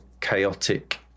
chaotic